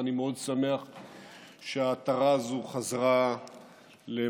ואני מאוד שמח שהעטרה הזו חזרה ליושנה.